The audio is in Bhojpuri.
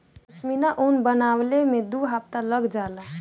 पश्मीना ऊन बनवले में दू हफ्ता लग जाला